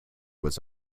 was